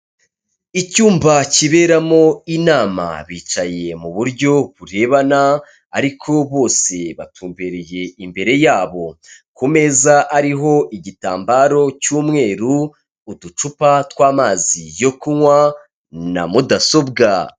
Icyumba kiberamo inama, bicaye mu buryo burebana ariko bose batumbereye imbere yabo, ku meza ariho igitambaro cy'umweru, uducupa tw'amazi yo kunywa na mudasobwa.